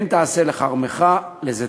כן תעשה לכרמך לזיתך",